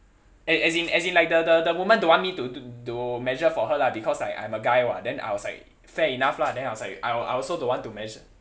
as as in as in the like the the the woman don't want me to to measure for her lah because like I'm a guy [what] then I was like fair enough lah then I was like I I also don't want to measure